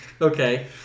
Okay